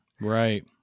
right